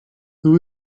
who